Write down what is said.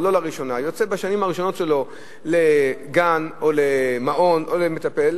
או לא לראשונה: יוצא בשנים הראשונות שלו לגן או למעון או למטפלת,